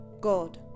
God